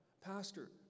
Pastor